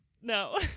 No